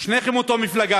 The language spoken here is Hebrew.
בית שנבנה על ידי המשפחה,